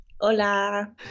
Hola